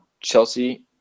Chelsea